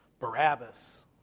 Barabbas